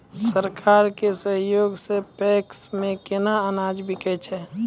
सरकार के सहयोग सऽ पैक्स मे केना अनाज बिकै छै?